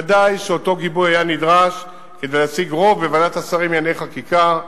ודאי שאותו גיבוי היה נדרש כדי להשיג רוב בוועדת השרים לענייני חקיקה,